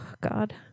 God